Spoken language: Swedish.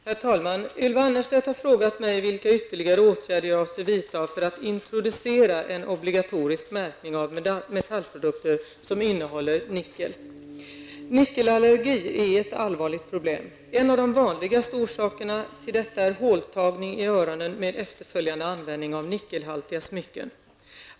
Herr talman! Ylva Annerstedt har frågat mig vilka ytterligare åtgärder jag avser vidta för att introducera en obligatorisk märkning av metallprodukter som innehåller nickel. Nickelallergi är ett allvarligt problem. En av de vanligaste orsakerna härtill är håltagning i öronen med efterföljande användning av nickelhaltiga smycken.